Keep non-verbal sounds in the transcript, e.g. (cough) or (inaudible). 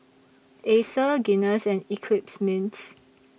(noise) Acer Guinness and Eclipse Mints